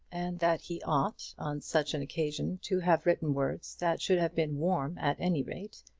and that he ought on such an occasion to have written words that should have been warm at any rate,